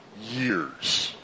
years